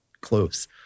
close